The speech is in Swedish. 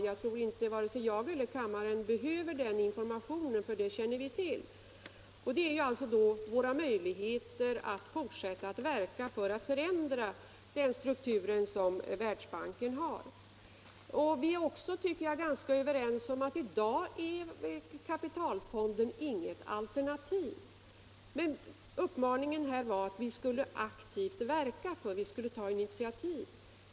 Jag tror inte att vare sig jag eller kammaren behöver den informationen. Vi känner till detta. Det gäller i stället vår möjligheter att fortsätta att förändra den struktur som Världsbanken har. Vi är också ganska överens om att kapitalfonden inte är något alternativ i dag. Men uppmaningen här var att ta initiativ.